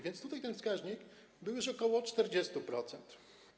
Więc tutaj ten wskaźnik był już ok. 40%.